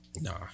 Nah